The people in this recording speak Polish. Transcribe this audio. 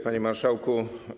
Panie Marszałku!